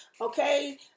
okay